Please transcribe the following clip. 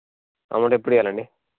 amount ఎప్పుడు ఇయ్యాలండి